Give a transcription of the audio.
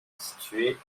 située